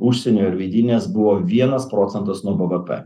užsienio ir vidinės buvo vienas procentas nuo bvp